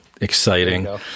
exciting